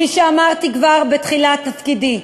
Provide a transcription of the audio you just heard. כפי שאמרתי כבר עם כניסתי לתפקידי,